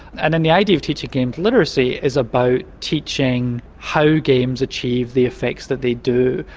and then the idea of teaching games literacy is about teaching how games achieve the effects that they do,